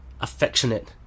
affectionate